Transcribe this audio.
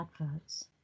adverts